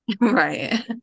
Right